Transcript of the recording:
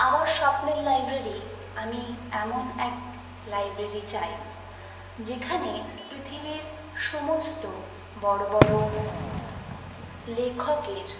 আমার স্বপ্নের লাইব্রেরি আমি এমন এক লাইব্রেরি চাই যেখানে পৃথিবীর সমস্ত বড়ো বড়ো লেখকের